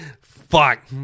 Fuck